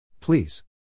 Please